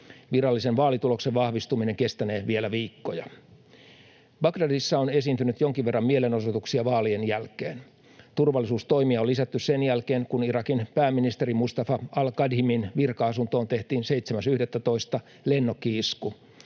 Virallisen vaalituloksen vahvistuminen kestänee vielä viikkoja. Bagdadissa on esiintynyt jonkin verran mielenosoituksia vaalien jälkeen. Turvallisuustoimia on lisätty sen jälkeen, kun Irakin pääministerin Mustafa al-Kadhimin virka-asuntoon tehtiin 7.11.2021 lennokki-isku.